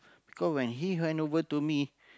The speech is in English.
because when he handover to me